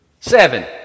Seven